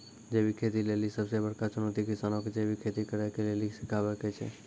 जैविक खेती लेली सबसे बड़का चुनौती किसानो के जैविक खेती करे के लेली सिखाबै के छै